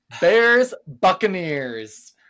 Bears-Buccaneers